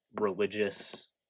religious